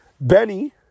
Benny